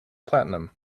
platinum